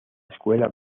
escuela